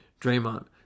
Draymond